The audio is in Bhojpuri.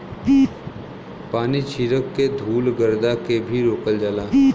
पानी छीरक के धुल गरदा के भी रोकल जाला